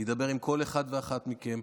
נדבר עם כל אחד ואחת מכם,